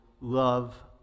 love